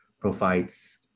provides